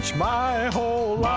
my whole